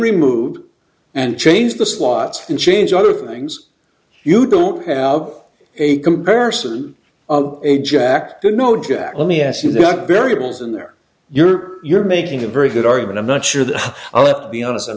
removed and change the slots and change other things you don't have a comparison of a jack to know jack let me ask you that variables in there you're you're making a very good argument i'm not sure that i'll be honest i'm